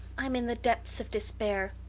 i'm in the depths of despair.